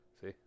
See